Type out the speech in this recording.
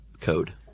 code